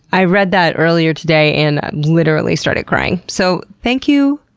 i read that earlier today and literally started crying, so thank you,